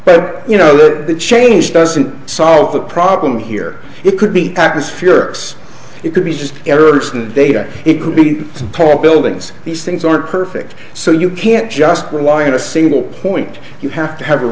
but you know that the change doesn't solve the problem here it could be atmosphere it could be just erickson data it could be some tall buildings these things aren't perfect so you can't just rely on a single point you have to have a